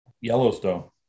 Yellowstone